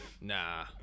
nah